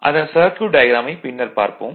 அதன் சர்க்யூட் டயாக்ராமைப் பின்னர் பார்ப்போம்